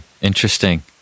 Interesting